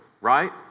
right